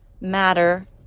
matter